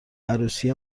عروسی